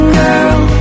girl